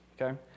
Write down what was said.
okay